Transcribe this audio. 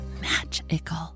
magical